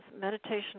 Meditation